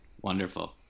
Wonderful